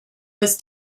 was